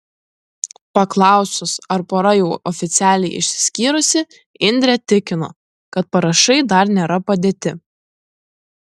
paklausus ar pora jau oficialiai išsiskyrusi indrė tikino kad parašai dar nėra padėti